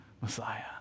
Messiah